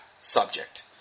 subject